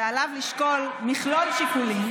ועליו לשקול מכלול שיקולים,